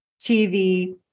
TV